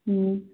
ꯎꯝ